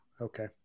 Okay